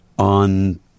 on